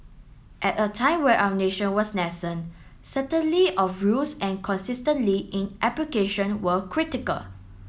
at a time where our nation was nascent certainly of rules and consistently in application were critical